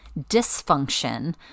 dysfunction